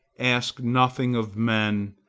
ask nothing of men,